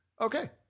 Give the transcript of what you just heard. Okay